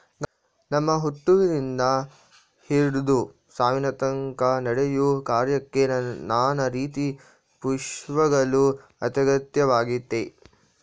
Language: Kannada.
ನಮ್ಮ ಹುಟ್ಟಿನಿಂದ ಹಿಡ್ದು ಸಾವಿನತನ್ಕ ನಡೆಯೋ ಕಾರ್ಯಕ್ಕೆ ನಾನಾ ರೀತಿ ಪುಷ್ಪಗಳು ಅತ್ಯಗತ್ಯವಾಗಯ್ತೆ